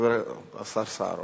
השר סער.